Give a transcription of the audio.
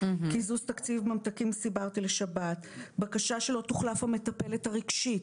קיזוז תקציב ממתקים לשבת; בקשה שלא תוחלף המטפלת הרגשית,